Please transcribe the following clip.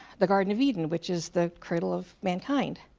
the garden of eden, which is the cradle of man kind.